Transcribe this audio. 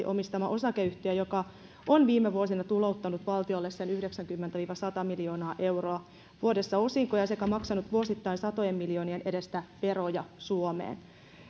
omistama osakeyhtiö joka on viime vuosina tulouttanut valtiolle sen yhdeksänkymmentä viiva sata miljoonaa euroa vuodessa osinkoja sekä maksanut vuosittain satojen miljoonien edestä veroja suomeen ja